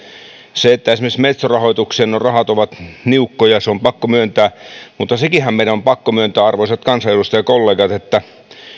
se että esimerkiksi metso rahoitukseen nuo rahat ovat niukkoja on pakko myöntää mutta sekinhän meidän on pakko myöntää arvoisat kansanedustajakollegat että